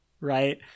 right